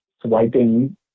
swiping